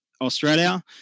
Australia